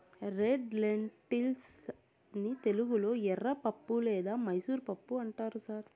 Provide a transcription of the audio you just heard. red lentils ని తెలుగులో ఎర్రపప్పు లేదా మైసూర్ పప్పు అంటారు సార్